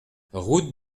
route